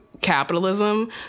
capitalism